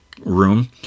room